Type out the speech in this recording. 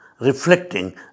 reflecting